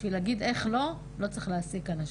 בשביל להגיד איך לא לא צריך להעסיק אנשים.